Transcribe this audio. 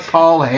Paul